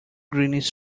greenish